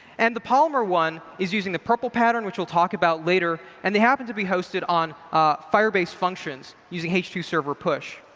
and the polymer one is using the prpl pattern which we'll talk about later and they happened to be hosted on firebase functions using h two server push.